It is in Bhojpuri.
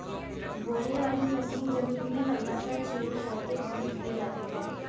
बोवे वाली मशीन जमीन में हल्का सा छेद क के बीज गिरा देले